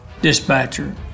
Dispatcher